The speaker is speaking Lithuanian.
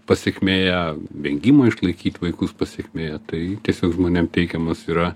pasekmėje vengimo išlaikyt vaikus pasekmėje tai tiesiog žmonėm teikiamas yra